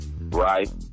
Right